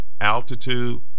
altitude